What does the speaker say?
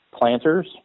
planters